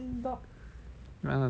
you want a dog